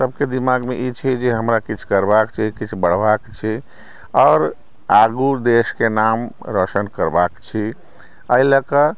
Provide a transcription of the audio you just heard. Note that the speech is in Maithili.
सभके दिमागमे ई छै जे हमरा किछु करबाके छै किछु बढ़बाके छै आओर आगू देशके नाम रोशन करबाके छै एहि लऽ कऽ